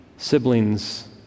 siblings